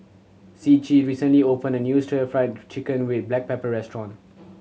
Ciji recently opened a new stir fried chicken with black pepper restaurant